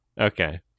okay